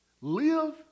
live